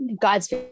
God's